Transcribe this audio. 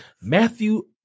Matthew